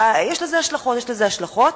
יש לזה השלכות, יש לזה השלכות